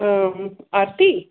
ਆਰਤੀ